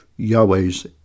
Yahweh's